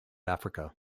africa